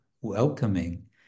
welcoming